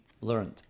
learned